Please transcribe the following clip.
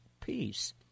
peace